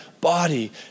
body